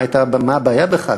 מה הבעיה בכלל.